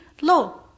low